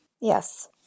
Yes